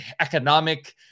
economic